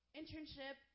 internship